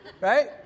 Right